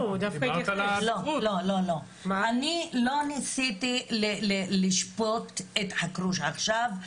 אני לא ניסיתי לשפוט את חכרוש עכשיו,